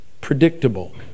predictable